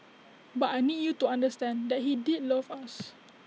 but I need you to understand that he did love us